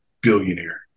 billionaire